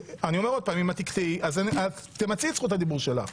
אם תקטעי, שוב - תמצי את זכות הדיבור שלך.